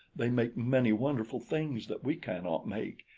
they make many wonderful things that we cannot make.